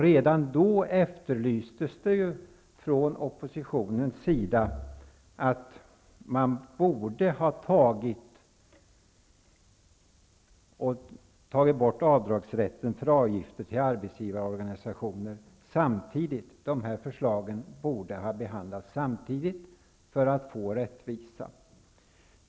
Redan då efterlyste oppositionen att man borde ta bort avdragsrätten för avgifter till arbetsgivarorganisationer samtidigt. Dessa förslag borde ha behandlats samtidigt för att få rättvisa.